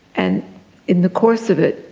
and in the course of it,